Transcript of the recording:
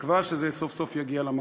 בתקווה שסוף-סוף זה יגיע למקום.